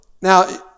now